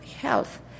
health